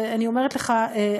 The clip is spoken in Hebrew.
אני אומרת לך,